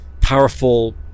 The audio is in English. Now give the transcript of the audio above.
powerful